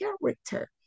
character